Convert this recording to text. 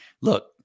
look